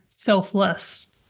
selfless